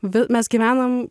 vėl mes gyvename